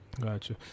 gotcha